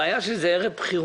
הבעיה שאנחנו נמצאים ערב בחירות.